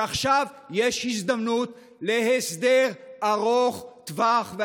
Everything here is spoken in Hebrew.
שעכשיו יש הזדמנות להסדר ארוך טווח -- נא לסיים.